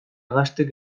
gaztek